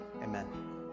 amen